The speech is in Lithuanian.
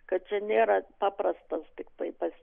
kad čia nėra paprastas tiktai tas